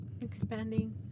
expanding